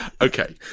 Okay